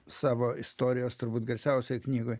savo istorijos turbūt garsiausioj knygoj